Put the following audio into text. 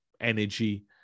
energy